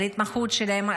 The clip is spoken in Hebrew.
ההתמחות שלהם,